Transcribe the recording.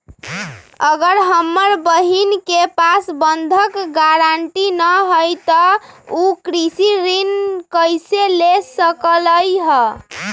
अगर हमर बहिन के पास बंधक गरान्टी न हई त उ कृषि ऋण कईसे ले सकलई ह?